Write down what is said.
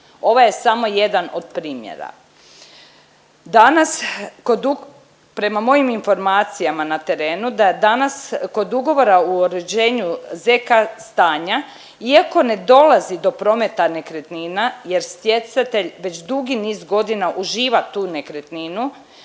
ovo je samo jedan od primjera. Danas kod ug… prema mojim informacijama na terenu da danas kod ugovora o uređenju z.k. stanja, iako ne dolazi do prometa nekretnina jer stjecatelj već dugi niz godina uživa tu nekretnina,